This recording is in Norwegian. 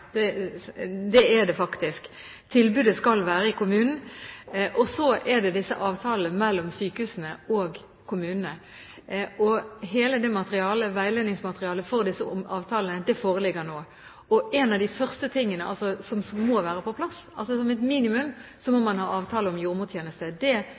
faktisk. Tilbudet skal være i kommunen. Så er det disse avtalene mellom sykehusene og kommunene. Hele veiledningsmaterialet for disse avtalene foreligger nå. En av de første tingene som må være på plass, som et minimum,